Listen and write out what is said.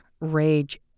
rage